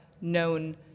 known